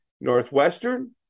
Northwestern